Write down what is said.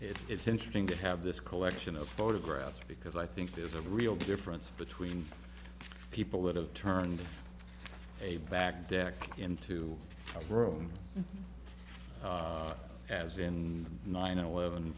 it's interesting to have this collection of photographs because i think there's a real difference between people that have turned a back deck into a room as in nine eleven